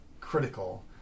critical